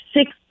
six